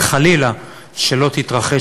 ושלא תתרחש,